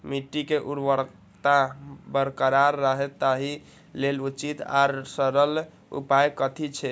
मिट्टी के उर्वरकता बरकरार रहे ताहि लेल उचित आर सरल उपाय कथी छे?